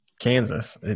Kansas